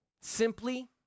Simply